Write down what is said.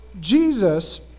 Jesus